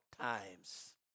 times